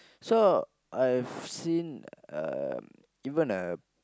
so I've seen um even a